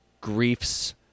griefs